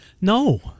No